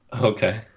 Okay